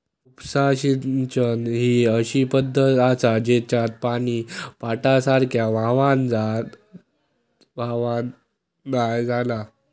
उपसा सिंचन ही अशी पद्धत आसा जेच्यात पानी पाटासारख्या व्हावान नाय जाणा